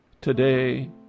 Today